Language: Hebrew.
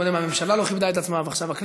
קודם הממשלה לא כיבדה את עצמה,